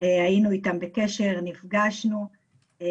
היינו איתם בקשר, נפגשנו.